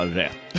rätt